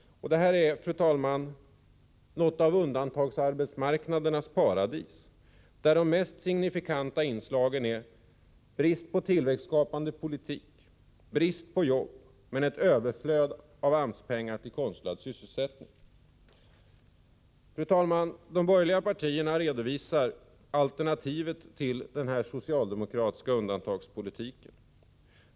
Detta är, fru talman, något av undantagsarbetsmarknadernas paradis, där de mest signifikanta inslagen är brist på tillväxtskapande politik, brist på jobb men ett överflöd av AMS-pengar till konstlad sysselsättning. Fru talman! De borgerliga partierna redovisar alternativet till den socialdemokratiska undantagspolitiken.